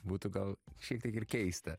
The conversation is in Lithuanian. būtų gal šiek tiek ir keista